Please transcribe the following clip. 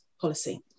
policy